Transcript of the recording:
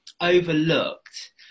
overlooked